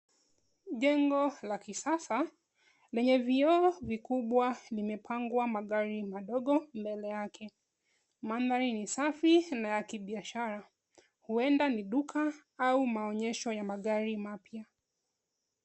Jengo la kisasa lenye vioo vikubwa limepangwa magari madogo mbele yake. Mandhari ni safi na ya kibiashara. Huenda ni duka au maonyesho ya magari mapya.